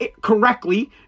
correctly